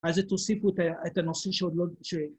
על זה תוסיפו את הנושא שעוד לא…